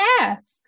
ask